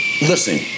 Listen